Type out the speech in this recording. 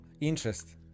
interest